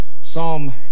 Psalm